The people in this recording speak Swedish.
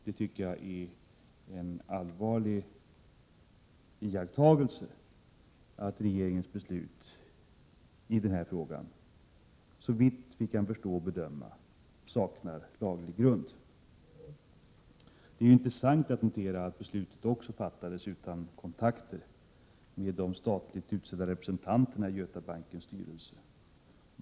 Jag tycker att det är en allvarlig iakttagelse att regeringens beslut i denna fråga, såvitt vi kan förstå, saknar laglig grund. Det är också intressant att notera att beslutet fattades utan kontakter med de statligt utsedda representanterna i Götabankens styrelse.